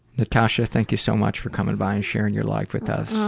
natasha, thank you so much for coming by and sharing your life with us.